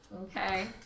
Okay